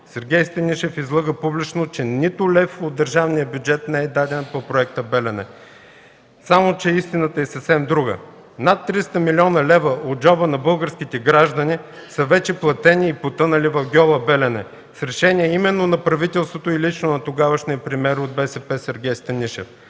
Сергей Станишев излъга публично, че нито лев от държавния бюджет не е даден по проекта „Белене”. Само че истината е съвсем друга – над 300 милиона лева от джоба на българските граждани са вече платени и потънали в гьола „Белене” с решение именно на правителството и лично на тогавашния премиер от БСП Сергей Станишев.